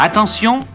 Attention